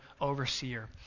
overseer